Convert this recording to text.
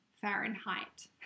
Fahrenheit